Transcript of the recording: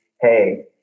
hey